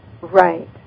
Right